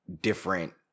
different